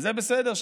וזה בסדר,